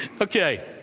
okay